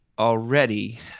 already